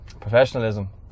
professionalism